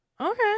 Okay